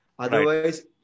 Otherwise